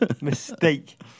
Mistake